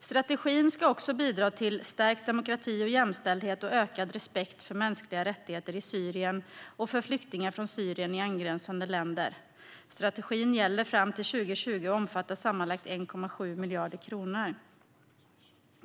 Strategin ska också bidra till stärkt demokrati och jämställdhet och till ökad respekt för mänskliga rättigheter i Syrien och för flyktingar från Syrien i angränsande länder. Strategin gäller fram till 2020 och omfattar sammanlagt 1,7 miljarder kronor.